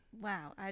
wow